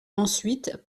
ensuite